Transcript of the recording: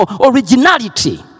originality